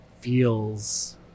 feels